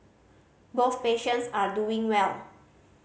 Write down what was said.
both patients are doing well